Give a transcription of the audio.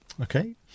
Okay